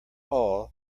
all